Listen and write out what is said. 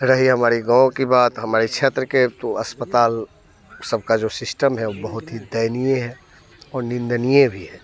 रही हमारे गाँव की बात हमारे क्षेत्र के तो अस्पताल सबका जो सिस्टम है बहुत ही दयनीय है और निंदनीय भी है